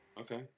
Okay